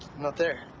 not there.